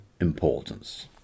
importance